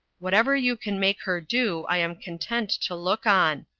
whatever you can make her do, i am content to look on,